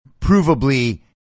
provably